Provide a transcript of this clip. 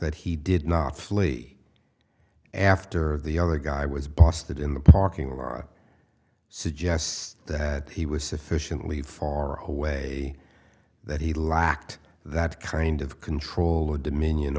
that he did not flee after the other guy was busted in the parking lot suggests that he was sufficiently far away that he lacked that kind of control of dominion